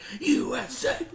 USA